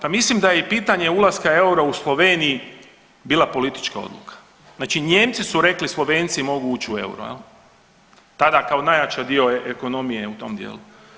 Pa mislim da je i pitanje ulaska eura u Sloveniji bila politička odluka, znači Nijemci su rekli Slovenci mogu uć u euro jel tada kao najjači dio ekonomije u tom dijelu.